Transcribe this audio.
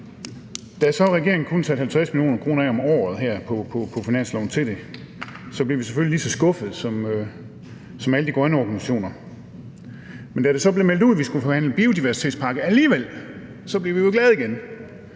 så regeringen kun satte 50 mio. kr. af om året her på finansloven til det, blev vi selvfølgelig lige så skuffede, som alle de grønne organisationer. Men da det så blev meldt ud, at vi skulle forhandle biodiversitetspakke alligevel, blev vi jo glade igen.